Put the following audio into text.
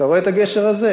אתה רואה את הגשר הזה?